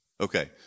Okay